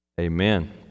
Amen